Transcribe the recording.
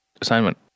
Assignment